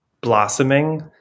blossoming